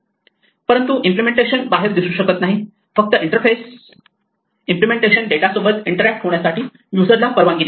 परंतु इम्पलेमेंटेशन बाहेर दिसू शकत नाही फक्त इंटरफेस इम्पलेमेंटेशन डेटा सोबत इंटरॅक्ट होण्यासाठी यूजरला परवानगी देतात